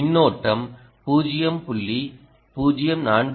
மின்னோட்டம் 0